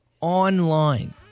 Online